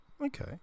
Okay